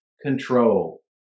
control